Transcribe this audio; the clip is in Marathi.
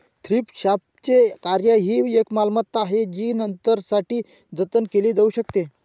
थ्रिफ्ट शॉपचे कार्य ही एक मालमत्ता आहे जी नंतरसाठी जतन केली जाऊ शकते